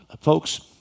folks